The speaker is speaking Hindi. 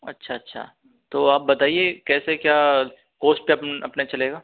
अच्छा अच्छा तो आप बताइए कैसे क्या कॉस्ट पर अपने चलेगा